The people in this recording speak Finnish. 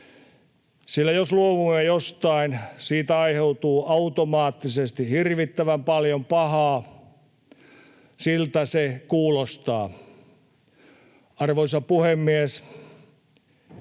sillä jos luovumme jostain, aiheutuu siitä automaattisesti hirvittävän paljon pahaa. Siltä se kuulostaa. Arvoisa puhemies!